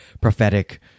prophetic